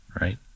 right